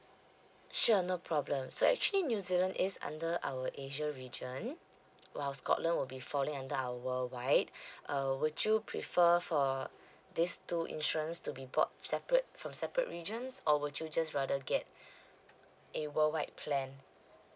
sure no problem so actually new zealand is under our asia region while scotland will be falling under our worldwide uh would you prefer for these two insurance to be bought separate from separate regions or would you just rather get a worldwide plan